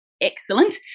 excellent